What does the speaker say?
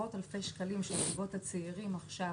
עשרות אלפי שקלים שהזוגות הצעירים משלמים.